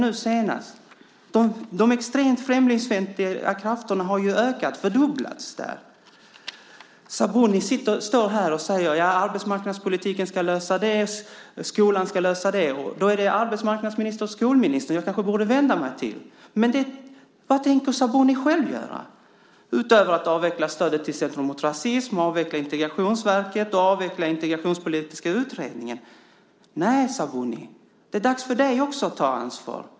Enligt den har de extremt främlingsfientliga krafterna fördubblats. Sabuni står här och säger att arbetsmarknadspolitiken ska lösa vissa saker, och skolan ska lösa vissa saker. Då kanske jag borde vända mig till arbetsmarknadsministern och skolministern. Men vad tänker Sabuni själv göra utöver att avveckla stödet till Centrum mot rasism, avveckla Integrationsverket och avveckla den integrationspolitiska utredningen? Nyamko Sabuni! Det är dags för dig också att ta ansvar.